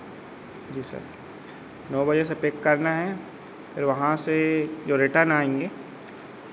जी sir नौ बजे से पिक करना है फिर वहाँ से जो रिटर्न आएँगे